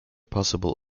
possible